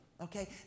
okay